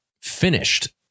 Finished